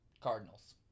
Cardinals